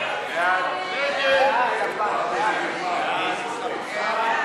ההסתייגויות לסעיף 54, רשויות פיקוח,